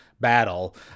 battle